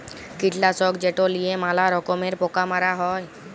কীটলাসক যেট লিঁয়ে ম্যালা রকমের পকা মারা হ্যয়